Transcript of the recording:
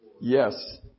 Yes